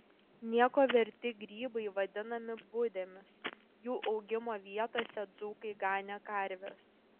nieko verti grybai vadinami budėmis jų augimo vietose dzūkai ganė karves